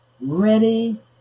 Ready